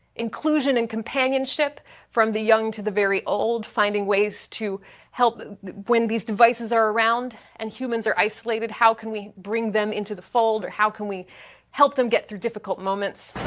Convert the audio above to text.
inclusion and companionship from the young to the very old, finding ways to help when these devices are around and humans are isolated. how can we bring them into the fold, or how can we help them get through difficult moments?